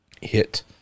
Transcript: hit